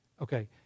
Okay